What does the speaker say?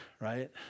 right